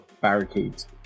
barricades